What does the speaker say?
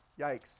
Yikes